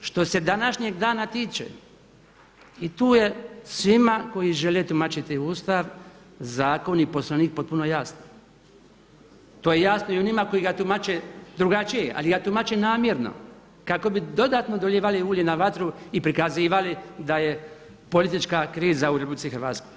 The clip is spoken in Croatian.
Što se današnjeg dana tiče i tu je svima koji žele tumačiti Ustav, zakon i Poslovnik potpuno jasno, to je jasno i onima koji ga tumače drugačije ali ga tumače namjerno kako bi dodatno dolijevali ulje na vatru i prikazivali da je politička kriza u RH.